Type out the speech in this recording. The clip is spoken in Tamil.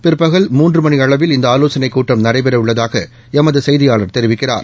பிற்பகல் மூன்று மணி அளவில் இந்த ஆலோசனைக் கூட்டம் நடைபெறவுள்ளதாக எமது செய்தியாளா தெரிவிக்கிறார்